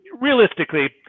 realistically